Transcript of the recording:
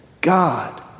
God